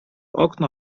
okno